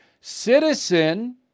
citizen